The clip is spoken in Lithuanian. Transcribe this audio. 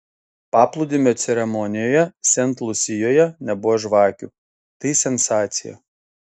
paplūdimio ceremonijoje sent lusijoje nebuvo žvakių tai sensacija